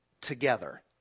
together